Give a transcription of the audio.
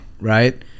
Right